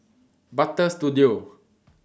Butter Studio